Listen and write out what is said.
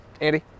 Andy